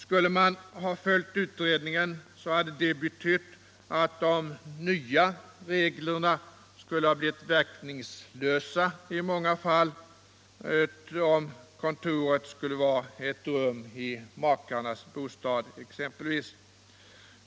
Skulle man ha följt utredningen hade det betytt att de nya reglerna skulle ha blivit verkningslösa i många fall, om kontoret varit ett rum i makarnas bostad exempelvis.